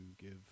give